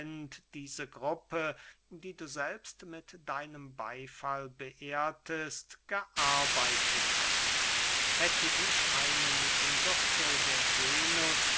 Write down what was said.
diese gruppe die du selbst mit deinem beyfall beehrtest gearbeitet hat hätte ich eine mit dem gürtel der venus